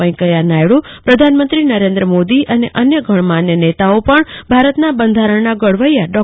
વૈંકયાનાયડુ પ્રધાનમંત્રી નરેન્દ્ર મોદી અને અન્ય ગણમાન્ય નેતાઓ પણ ભારતના બંધારણના ઘડવૈયા ડો